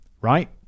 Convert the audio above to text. right